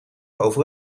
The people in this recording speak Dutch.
over